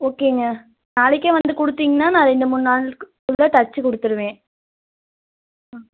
ஓகேங்க நாளைக்கே வந்து கொடுத்தீங்கன்னா நான் ரெண்டு மூணு நாளுக்குள்ளே தைச்சிக் கொடுத்துருவேன் ஆ